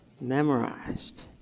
memorized